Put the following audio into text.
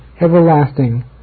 everlasting